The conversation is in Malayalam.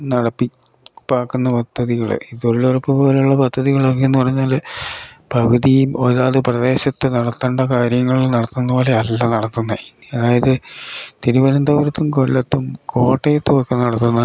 നടപ്പിലക്കുന്ന പദ്ധതികളെ തൊഴിലുറപ്പ് പോലെയുള്ള പദ്ധതികളൊക്കെ പറഞ്ഞാൽ പകുതിയും ഒരാൾ പ്രദേശത്ത് നടത്തേണ്ട കാര്യങ്ങൾ നടത്തുന്ന പോലെ അല്ല നടത്തുന്നത് അതായത് തിരുവനന്തപുരത്തും കൊല്ലത്തും കോട്ടയത്തും ഒക്ക നടത്തുന്ന